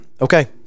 Okay